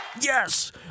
Yes